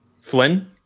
Flynn